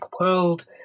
world